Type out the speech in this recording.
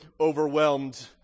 overwhelmed